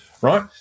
Right